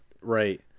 Right